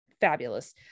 fabulous